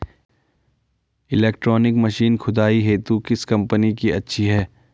Electronic machine खुदाई हेतु किस कंपनी की अच्छी है?